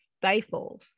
stifles